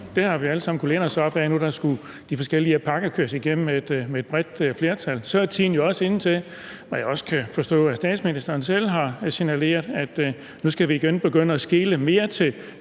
Det har vi alle sammen kunnet læne os op ad nu, hvor de forskellige pakker skulle køres igennem med et bredt flertal. Så er tiden jo også inde til – hvad jeg også kan forstå at statsministeren selv har signaleret – at nu skal vi igen begynde at skele mere til